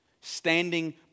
standing